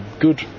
good